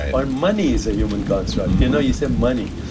our money is a human construct know you say money.